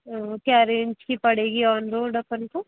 क्या रेंज की पड़ेगी ऑन रोड अपन को